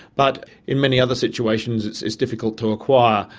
but in many other situations it is difficult to acquire.